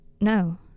no